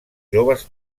joves